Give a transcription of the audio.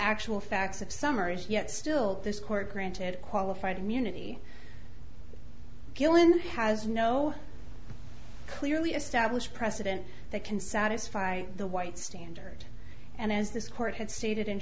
actual facts of summaries yet still this court granted qualified immunity gillan has no clearly established precedent that can satisfy the white standard and as this court had stated in